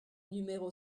numéro